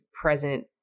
present